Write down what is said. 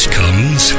comes